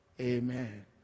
Amen